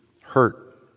hurt